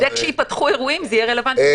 כשיפתחו אירועים, זה יהיה רלוונטי.